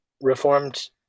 Reformed